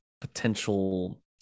potential